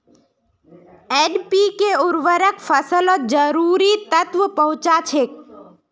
NPK उर्वरक फसलत जरूरी तत्व पहुंचा छेक